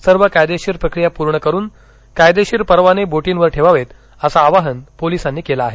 सर्व कायदेशीर प्रक्रिया पूर्ण करून कायदेशीर परवाने बोटींवर ठेवावेत असं आवाहन पोलिसांनी केलं आहे